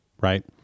right